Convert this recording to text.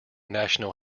national